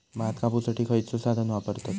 भात कापुसाठी खैयचो साधन वापरतत?